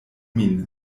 min